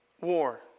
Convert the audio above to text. War